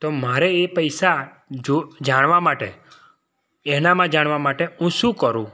તો મારે એ પૈસા જો જાણવા માટે એનામાં જાણવા માટે હું શું કરું